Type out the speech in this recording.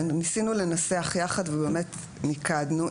ניסינו לנסח יחד ובאמת מיקדנו.